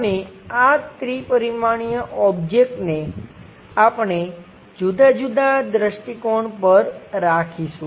અને આ ત્રિ પરિમાણીય ઓબ્જેક્ટને આપણે જુદા જુદા દ્રષ્ટિકોણ પર રાખીશું